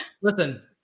listen